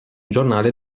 giornale